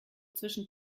zwischen